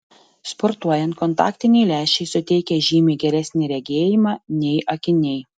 sportuojant kontaktiniai lęšiai suteikia žymiai geresnį regėjimą nei akiniai